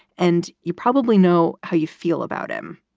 and you probably know how you feel about him.